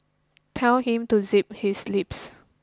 tell him to zip his lips